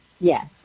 Yes